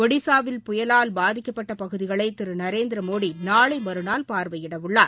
ஒடிஸாவில் புயலால் பாதிக்கப்பட்ட பகுதிகளை திரு நரேந்திரமோடி நாளை மறநாள் பார்வையிடவுள்ளார்